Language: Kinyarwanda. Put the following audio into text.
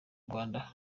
rwanda